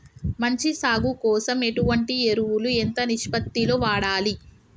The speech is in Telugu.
మంచి సాగు కోసం ఎటువంటి ఎరువులు ఎంత నిష్పత్తి లో వాడాలి?